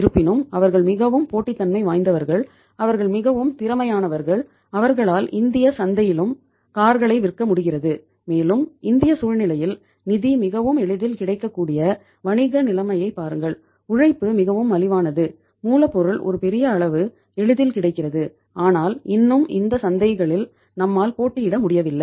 இருப்பினும் அவர்கள் மிகவும் போட்டித்தன்மை வாய்ந்தவர்கள் அவர்கள் மிகவும் திறமையானவர்கள் அவர்களால் இந்திய சந்தையிலும் கார்களை விற்க முடிகிறது மேலும் இந்திய சூழ்நிலையில் நிதி மிகவும் எளிதில் கிடைக்கக்கூடிய வணிக நிலைமையைப் பாருங்கள் உழைப்பு மிகவும் மலிவானது மூலப்பொருள் ஒரு பெரிய அளவு எளிதில் கிடைக்கிறது ஆனால் இன்னும் இந்த சந்தைகளில் நம்மால் போட்டியிட முடியவில்லை